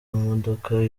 imodoka